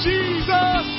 Jesus